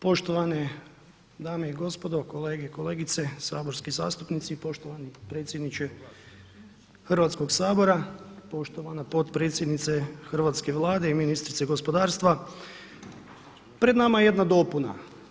Poštovane dame i gospodo, kolege i kolegice saborski zastupnici i poštovani predsjedniče Hrvatskog sabora, poštovana potpredsjednice Hrvatske vlade i ministrice gospodarstva pred nama je jedna dopuna.